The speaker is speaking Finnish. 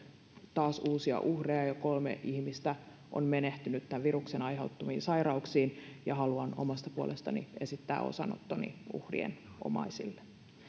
taas uusia uhreja jo kolme ihmistä on menehtynyt tämän viruksen aiheuttamiin sairauksiin ja haluan omasta puolestani esittää osanottoni uhrien omaisille